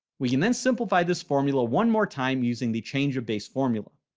we can then simplify this formula one more time using the change of base formula.